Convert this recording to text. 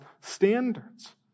standards